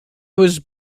was